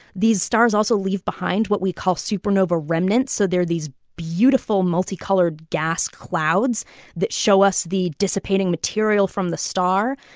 these stars also leave behind what we call supernova remnants. so they're these beautiful, multicolored gas clouds that show us the dissipating material from the star.